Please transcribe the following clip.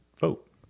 vote